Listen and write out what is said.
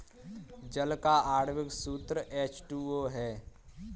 जल का आण्विक सूत्र एच टू ओ है